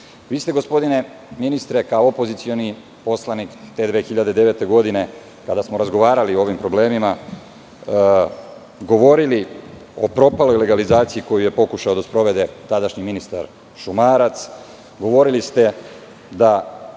Vi ste, gospodine ministre, kao opozicioni poslanik, te 2009. godine, kada smo razgovarali o ovim problemima, govorili o propaloj legalizaciji koju je pokušao da sprovede tadašnji ministar Šumarac, govorili ste da